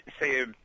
say